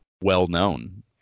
well-known